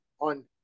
on